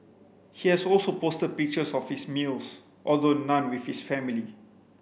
he has also posted pictures of his meals although none with his family